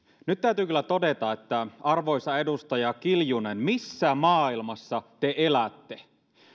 nyt täytyy kyllä kysyä arvoisa edustaja kiljunen missä maailmassa te elätte